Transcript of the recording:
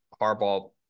Harbaugh